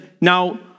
Now